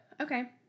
Okay